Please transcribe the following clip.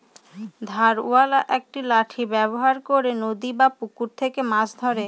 ধারওয়ালা একটি লাঠি ব্যবহার করে নদী বা পুকুরে থেকে মাছ ধরে